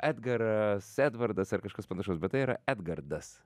edgaras edvardas ar kažkas panašaus bet tai yra edgardas